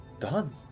done